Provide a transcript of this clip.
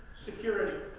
security.